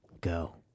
Go